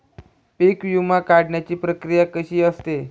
पीक विमा काढण्याची प्रक्रिया कशी असते?